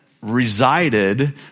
resided